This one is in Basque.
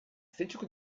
zeintzuk